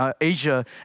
Asia